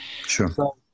Sure